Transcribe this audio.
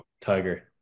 Tiger